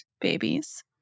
babies